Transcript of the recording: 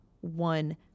one